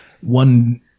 one